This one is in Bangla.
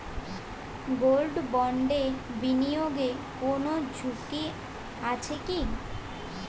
গোল্ড বন্ডে বিনিয়োগে কোন ঝুঁকি আছে কি?